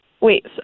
Wait